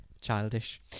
childish